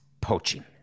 poaching